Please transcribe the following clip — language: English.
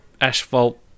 asphalt